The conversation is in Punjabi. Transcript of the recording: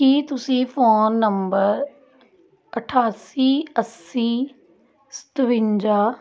ਕੀ ਤੁਸੀਂ ਫੋਨ ਨੰਬਰ ਅਠਾਸੀ ਅੱਸੀ ਸਤਵੰਜਾ